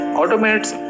automates